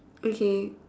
okay